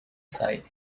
side